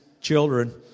children